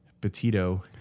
Petito